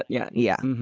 yeah. yeah,